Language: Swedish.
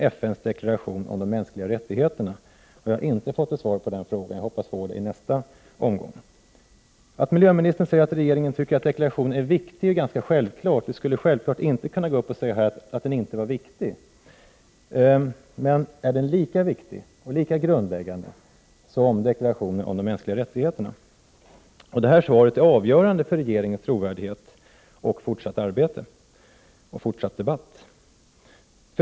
I deklarationen om de mänskliga rättigheterna formuleras de grundläggande moraliska kraven på människors agerande gentemot varandra; alla — oavsett ras, kön, språk, religion — skall ha samma värde och samma rättigheter. I världsmiljödeklarationen formuleras människans skyldigheter gentemot naturen och ställs upp moraliska regler för hur vi skall agera gentemot andra — Prot.